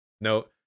No